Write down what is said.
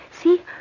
See